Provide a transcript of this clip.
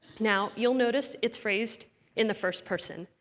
now, you'll notice it's phrased in the first person.